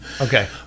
Okay